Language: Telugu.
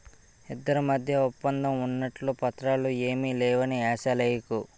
ఇద్దరి మధ్య ఒప్పందం ఉన్నట్లు పత్రాలు ఏమీ లేవని ఏషాలెయ్యకు